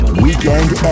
weekend